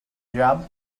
job